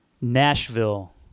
Nashville